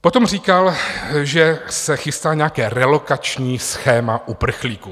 Potom říkal, že se chystá nějaké relokační schéma uprchlíků.